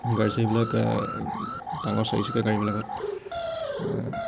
গাড়ী চাৰীবিলাক ডাঙৰ চাৰিচকীয়া গাড়ীবিলাকত